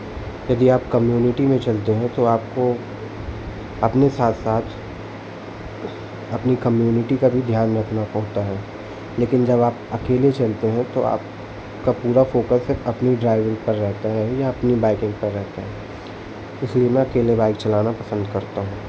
यदि आप कम्यूनिटी में चलते हैं तो आपको अपने साथ साथ अपनी कम्यूनिटी का भी ध्यान रखना पढ़ता है लेकिन जब आप अकेले चलते हैं तो आपका पूरा फ़ोकस सिर्फ़ अपनी ड्राइविंग पर रहता है या अपनी बाइकिंग पर रहता है इसलिए मैं अकेले बाइक चलाना पसंद करता हूँ